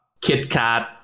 kitkat